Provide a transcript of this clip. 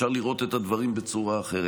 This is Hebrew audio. אפשר לראות את הדברים בצורה אחרת,